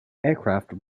aircraft